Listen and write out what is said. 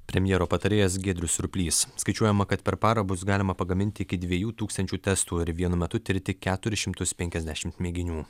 premjero patarėjas giedrius surplys skaičiuojama kad per parą bus galima pagaminti iki dviejų tūkstančių testų ir vienu metu tirti keturis šimtus penkiasdešimt mėginių